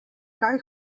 kaj